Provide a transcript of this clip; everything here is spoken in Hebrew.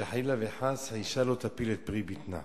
שחלילה וחס האשה לא תפיל את פרי בטנה.